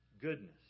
goodness